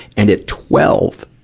and at twelve,